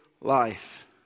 life